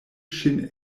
ŝin